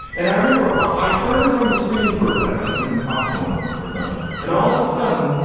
and i remember my i turned from the screen for a second. i was making popcorn or something and all of a sudden,